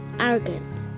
arrogant